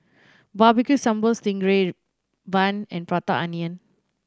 babecue sambal sting ray bun and Prata Onion